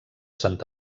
sant